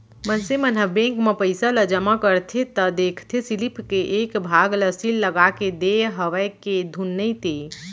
मनसे मन ह बेंक म पइसा ल जमा करथे त देखथे सीलिप के एक भाग ल सील लगाके देय हवय के धुन नइते